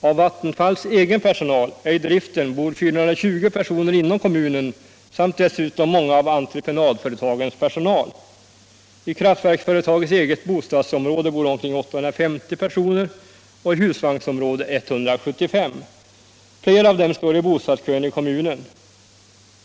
Av Vattenfalls egen personal — ej för driften — bor 420 personer inom kommunen samt dessutom många av entreprenadföretagens personal. I kraftverksföretagets eget bostadsområde bor omkring 850 personer och i husvagnsområdet 175. Flera av dem står i bostadskön i kommunen.